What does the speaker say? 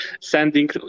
sending